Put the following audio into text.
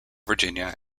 virginia